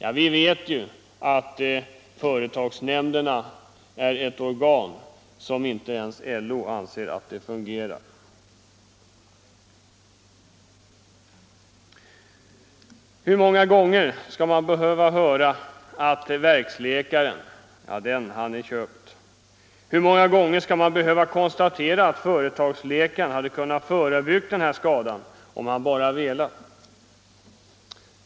Med anledning därav vill jag bara erinra om att inte ens LO anser att företagsnämnderna fungerar på ett riktigt sätt. Hur många gånger skall man behöva höra: Ja, verksläkaren, han är ju köpt. Hur många gånger skall man behöva konstatera att företagsläkaren hade kunnat förebygga en skada om han bara velat.